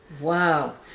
Wow